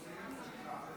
שנשלח להיות